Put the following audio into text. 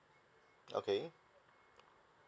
okay